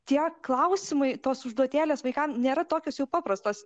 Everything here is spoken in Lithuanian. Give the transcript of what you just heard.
tie klausimai tos užduotėlės vaikam nėra tokios jau paprastos